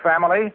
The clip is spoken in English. family